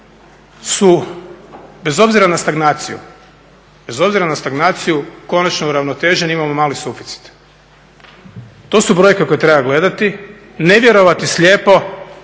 su bez obzira na stagnaciju, bez obzira na stagnaciju konačno uravnoteženi, imamo mali suficit. To su brojke koje treba gledati, ne vjerovati slijepo